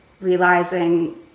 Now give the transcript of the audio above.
realizing